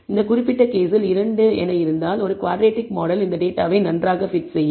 இந்த குறிப்பிட்ட கேஸில் 2 என இருந்தால் ஒரு குவாட்ரடிக் மாடல் இந்த டேட்டாவை நன்றாக பிட் செய்யும்